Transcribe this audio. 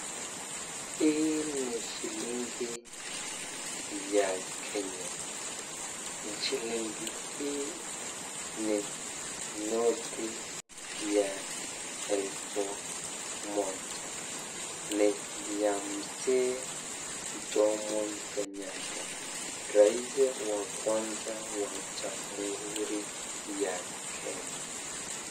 Hii ni shilingi ya Kenya .Shilingi hii ni noti ya elfu moja ni ya mzee Jomo Kenyatta rais wa kwanza wa Jamhuri ya Kenya.